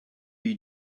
you